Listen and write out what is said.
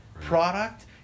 product